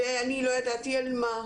ואני לא ידעתי על מה,